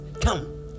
come